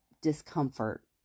discomfort